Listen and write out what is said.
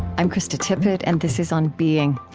i'm krista tippett and this is on being.